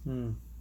mm